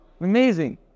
Amazing